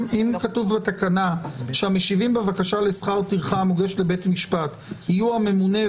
אם כתוב בתקנה שהמשיבים בבקשה לשכר טרחה המוגשת לבית משפט יהיו הממונה,